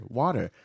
water